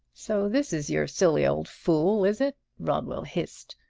so this is your silly old fool, is it? rodwell hissed.